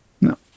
No